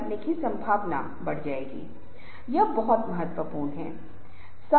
एक छोटा समूह बहुत बड़े समूह की तुलना में थोड़ा बेहतर माना जाता है इसलिए इसे नियंत्रित करना भी आसान है